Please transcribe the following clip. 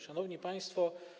Szanowni Państwo!